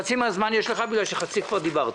יש לך חצי מן הזמן בגלל שחצי כבר דיברת.